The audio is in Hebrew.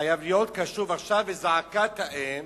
חייב להיות קשוב לזעקת האם